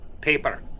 paper